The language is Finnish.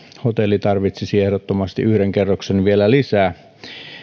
hotelli tarvitsisi ehdottomasti vielä yhden kerroksen lisää